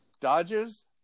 Dodgers